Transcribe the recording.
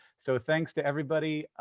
so thanks to everybody.